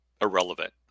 irrelevant